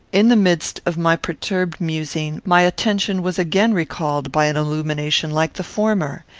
in the midst of my perturbed musing, my attention was again recalled by an illumination like the former.